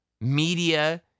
media